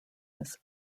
this